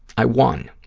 i won.